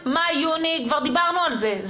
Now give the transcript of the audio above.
וכבר דיברנו על זה: